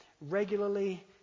regularly